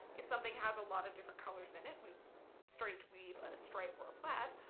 if something has a lot of different colors in it, we've started to weave a stripe or a plaid,